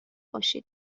باشید